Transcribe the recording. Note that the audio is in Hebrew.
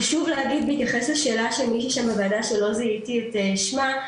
חשוב להגיד בהתייחס לשאלה של מישהי שם בוועדה שלא זיהיתי את שמה.